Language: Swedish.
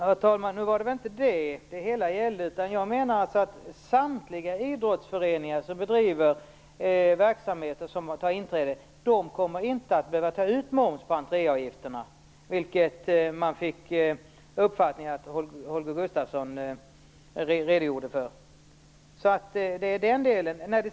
Herr talman! Nu var det väl inte det som det hela gällde. Jag menar alltså att samtliga idrottsföreningar som bedriver verksamheter som man tar inträde för inte kommer att behöva ta ut moms på entréavgifterna, vilket man fick uppfattningen skulle ske när Holger Gustafsson redogjorde för detta.